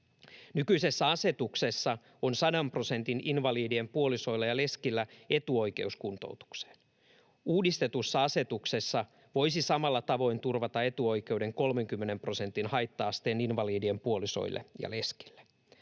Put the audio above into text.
Nykyisessä asetuksessa on 100 prosentin haitta-asteen invalidien puolisoilla ja leskillä etuoikeus kuntoutukseen. Uudistetussa asetuksessa voisi samalla tavoin turvata etuoikeuden 30 prosentin haitta-asteen invalidien puolisoille ja leskille.